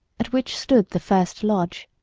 at which stood the first lodge,